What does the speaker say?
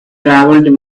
travelled